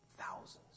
Thousands